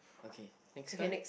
okay next card